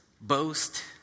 Boast